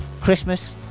christmas